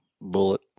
bullet